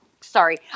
sorry